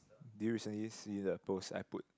do you recently see the post I put